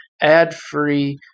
ad-free